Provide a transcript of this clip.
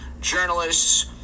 journalists